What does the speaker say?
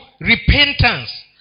repentance